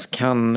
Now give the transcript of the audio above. kan